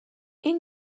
این